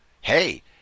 hey